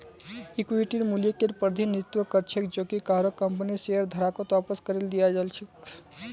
इक्विटीर मूल्यकेर प्रतिनिधित्व कर छेक जो कि काहरो कंपनीर शेयरधारकत वापस करे दियाल् जा छेक